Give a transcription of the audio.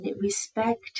respect